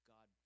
God